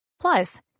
Plus